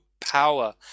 Power